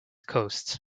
coasts